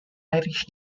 irish